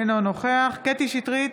אינו נוכח קטי קטרין שטרית,